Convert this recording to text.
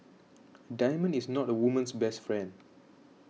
diamond is not a woman's best friend